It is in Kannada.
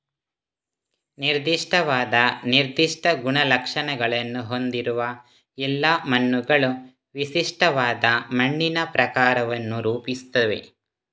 ನಿರ್ದಿಷ್ಟವಾದ ನಿರ್ದಿಷ್ಟ ಗುಣಲಕ್ಷಣಗಳನ್ನು ಹೊಂದಿರುವ ಎಲ್ಲಾ ಮಣ್ಣುಗಳು ವಿಶಿಷ್ಟವಾದ ಮಣ್ಣಿನ ಪ್ರಕಾರವನ್ನು ರೂಪಿಸುತ್ತವೆ